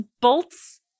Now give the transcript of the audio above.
bolts